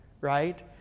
right